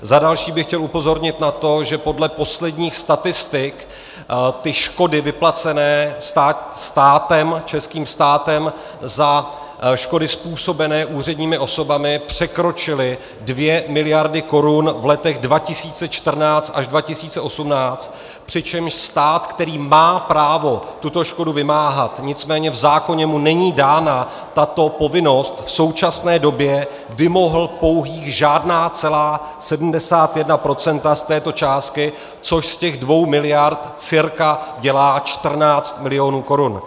Za další bych chtěl upozornit na to, že podle posledních statistik škody vyplacené českým státem za škody způsobené úředními osobami překročily dvě miliardy korun v letech 2014 až 2018, přičemž stát, který má právo tuto škodu vymáhat, nicméně v zákoně mu není dána tato povinnost, v současné době vymohl pouhých 0,71 % z této částky, což z těch dvou miliard cirka dělá 14 milionů korun.